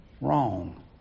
Wrong